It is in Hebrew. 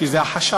כי זה החשש,